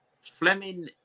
Fleming